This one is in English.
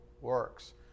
works